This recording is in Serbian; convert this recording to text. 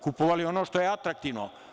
Kupovali su ono što je atraktivno.